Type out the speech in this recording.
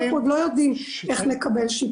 אנחנו עוד לא יודעים איך נקבל שיפוי.